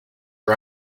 are